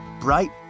bright